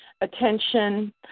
attention